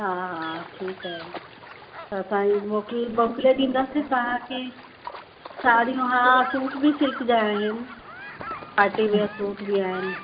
हा हा ठीकु आहे त तव्हां खे मोकले मोकले ॾींदसि तव्हां खे साड़ियूं हा सूट बि सिल्क जा आहिनि पार्टी वियर सूट बि आहिनि